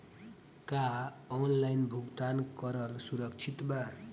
का ऑनलाइन भुगतान करल सुरक्षित बा?